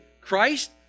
Christ